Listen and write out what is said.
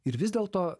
ir vis dėlto